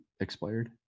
expired